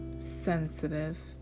sensitive